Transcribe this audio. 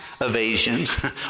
evasion